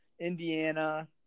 Indiana